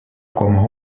como